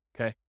Okay